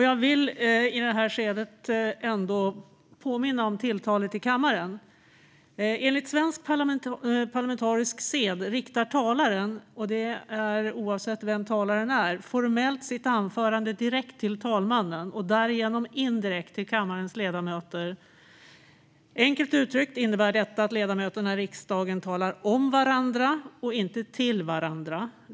Jag vill påminna om tilltalet i kammaren. Enligt svensk parlamentarisk sed riktar talaren, oavsett vem talaren är, formellt sitt anförande direkt till talmannen och därigenom indirekt till kammarens ledamöter. Enkelt uttryckt innebär detta att ledamöterna i riksdagen talar om varandra och inte till varandra.